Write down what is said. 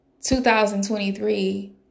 2023